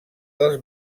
dels